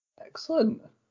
Excellent